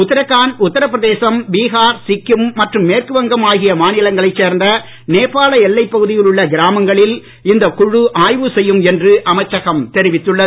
உத்ரகாண்ட் உத்தரபிரதேசம் பீகார் சிக்கிம் மற்றும் மேற்கு வங்கம் ஆகிய மாநிலங்களை சேர்ந்த நேபாள எல்லை பகுதியில் உள்ள கிராமங்களில் இந்த குழு ஆய்வு செய்யும் என்று அமைச்சகம் தெரிவித்துள்ளது